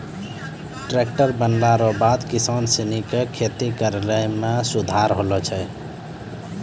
tractor बनला रो बाद किसान सनी के खेती करै मे सुधार होलै